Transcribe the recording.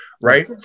right